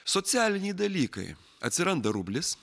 socialiniai dalykai atsiranda rublis